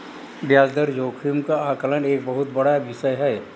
ब्याज दर जोखिम का आकलन एक बहुत बड़ा विषय है